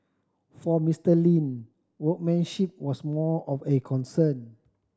for Mister Lin workmanship was more of a concern